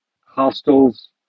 hostels